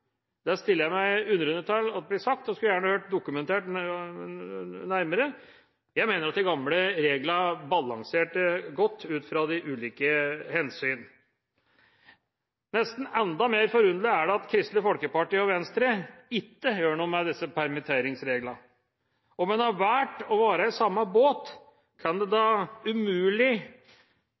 Det stiller jeg meg undrende til blir sagt, og jeg skulle gjerne ha fått dokumentert det nærmere. Jeg mener at de gamle reglene balanserte godt, ut fra de ulike hensyn. Nesten enda mer forunderlig er det at Kristelig Folkeparti og Venstre ikke gjør noe med disse permitteringsreglene. Om en har valgt å være i samme båt, kan det umulig